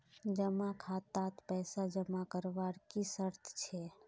जमा खातात पैसा जमा करवार की शर्त छे?